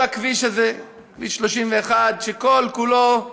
כל הכביש הזה, כביש 31, כל-כולו,